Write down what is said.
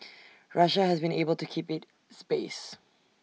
Russia has been able to keep IT space